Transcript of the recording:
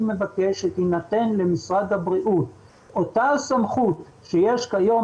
מבקש שתינתן למשרד הבריאות אותה הסמכות שיש כיום